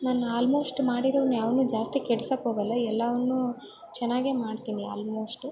ನಾನು ಆಲ್ಮೋಸ್ಟ್ ಮಾಡಿರೋವನ್ನು ಯಾವು ಜಾಸ್ತಿ ಕೆಡ್ಸೋಕ್ ಹೋಗಲ್ಲ ಎಲ್ಲವನ್ನೂ ಚೆನ್ನಾಗೆ ಮಾಡ್ತೀನಿ ಅಲ್ಮೋಸ್ಟು